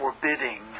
forbidding